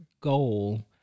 goal